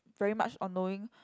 very much on knowing